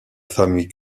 famille